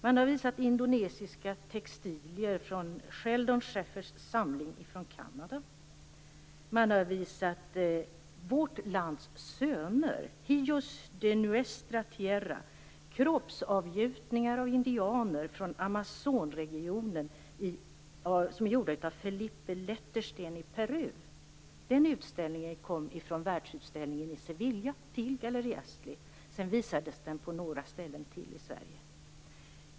Man har visat indonesiska textilier ur Sheldon Shaeffers samling från Kanada. Man har visat Vårt lands söner, Hijos de Nuestra Tierra, som är kroppsavgjutningar av indianer från Amazonregionen gjorda av Felipe Lettersten från Peru. Den utställningen kom från världsutställningen i Sevilla till Galleri Astley, och sedan visades den på några ställen till i Sverige.